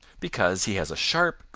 because he has a sharp,